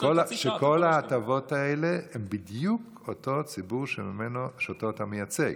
שכל ההטבות האלה הן בדיוק לאותו ציבור שאתה מייצג: